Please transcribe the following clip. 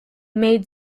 made